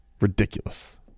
ridiculous